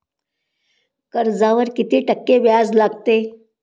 कर्जावर किती टक्के व्याज लागते?